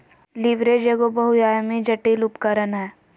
leverage एगो बहुआयामी, जटिल उपकरण हय